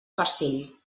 farcell